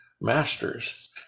masters